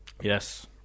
Yes